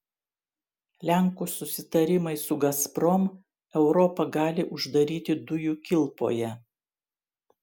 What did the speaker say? lenkų susitarimai su gazprom europą gali uždaryti dujų kilpoje